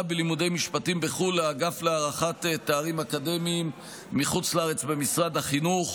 בלימודי משפטים בחו"ל לאגף להארכת תארים אקדמיים מחוץ לארץ במשרד החינוך.